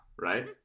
right